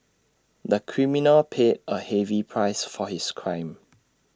the criminal paid A heavy price for his crime